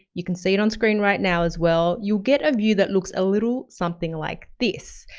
you can see it on screen right now as well. you get a view that looks a little something like this,